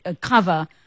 cover –